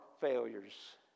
failures